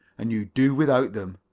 and you do without them.